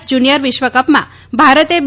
નાં જુનિયર વિશ્વકપમાં ભારતે બે